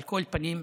על כל פנים,